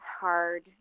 hard